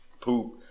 poop